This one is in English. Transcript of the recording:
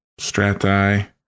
Strati